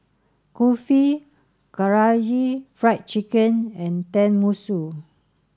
Kulfi Karaage Fried Chicken and Tenmusu